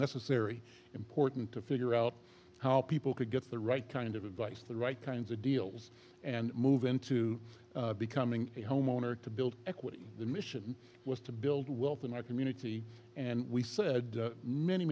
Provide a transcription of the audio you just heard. necessary important to figure out how people could get the right kind of advice the right kinds of deals and move into becoming a homeowner to build equity the mission was to build wealth in our community and we said many